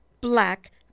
black